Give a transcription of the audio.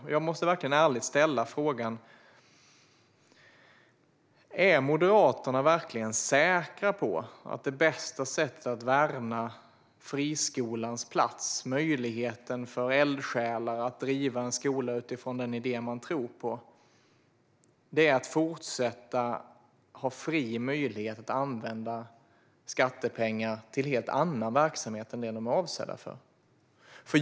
Och jag måste ärligt ställa frågan: Är Moderaterna verkligen säkra på att det bästa sättet att värna friskolans plats och möjligheten för eldsjälar att driva en skola utifrån en idé man tror på är att fortsätta ha fri möjlighet att använda skattepengar till en helt annan verksamhet än den som de är avsedda för?